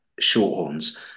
Shorthorns